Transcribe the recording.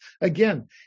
again